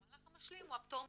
המהלך המשלים הוא הפטור מאגרה,